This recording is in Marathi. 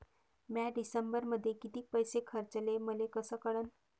म्या डिसेंबरमध्ये कितीक पैसे खर्चले मले कस कळन?